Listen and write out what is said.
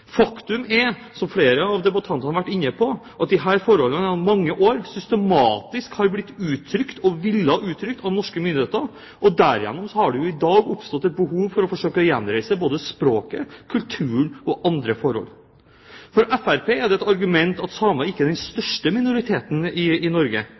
Faktum er, som flere av debattantene har vært inne på, at disse forholdene gjennom mange år systematisk har blitt undertrykt – også villet undertrykt – av norske myndigheter, og derigjennom har det oppstått et behov for å forsøke å gjenreise språket, kulturen og andre forhold. For Fremskrittspartiet er det et argument at samer ikke er den største minoriteten i Norge.